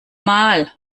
mal